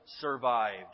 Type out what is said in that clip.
survived